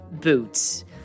boots